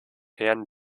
herren